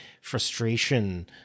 frustration